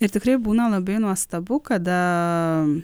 ir tikrai būna labai nuostabu kada